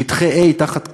שטחי A תחת כיבוש?